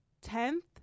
tenth